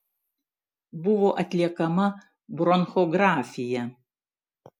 buvo atliekama bronchografija